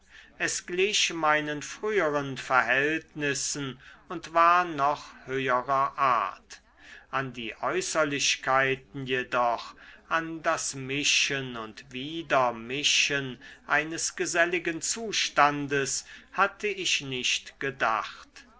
es glich meinen früheren verhältnissen und war noch höherer art an die äußerlichkeiten jedoch an das mischen und wiedermischen eines geselligen zustandes hatte ich nicht gedacht